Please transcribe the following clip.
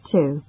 Two